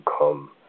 come